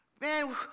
Man